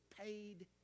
paid